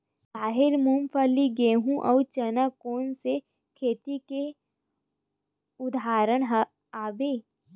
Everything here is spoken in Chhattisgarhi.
राहेर, मूंगफली, गेहूं, अउ चना कोन सा खेती के उदाहरण आवे?